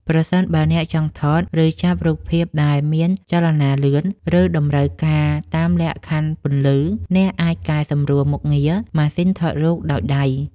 ប្រសិនបើអ្នកចង់ថត ឬចាប់រូបភាពដែលមានចលនាលឿន ឬតម្រូវការតាមលក្ខខណ្ឌពន្លឺ អ្នកអាចកែសម្រួលមុខងារ ម៉ាស៊ីនថតរូបដោយដៃ។